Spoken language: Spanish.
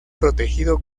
protegido